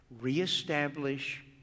Re-establish